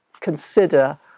consider